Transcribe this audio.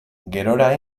gerora